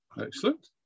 Excellent